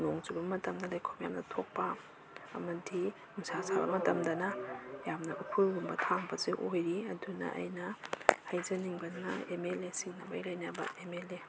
ꯅꯣꯡ ꯆꯨꯕ ꯃꯇꯝꯗ ꯂꯩꯈꯣꯝ ꯌꯥꯝꯅ ꯊꯣꯛꯄ ꯑꯃꯗꯤ ꯅꯨꯡꯁꯥ ꯁꯥꯕ ꯃꯇꯝꯗꯅ ꯌꯥꯝꯅ ꯎꯐꯨꯜꯒꯨꯝꯕ ꯊꯥꯡꯕꯁꯦ ꯑꯣꯏꯔꯤ ꯑꯗꯨꯅ ꯑꯩꯅ ꯍꯥꯏꯖꯅꯤꯡꯕꯁꯤꯅ ꯑꯦꯝ ꯑꯦꯜ ꯑꯦꯁꯤꯡ ꯃꯔꯤ ꯂꯩꯅꯕ ꯑꯦꯝ ꯑꯦꯜ ꯑꯦ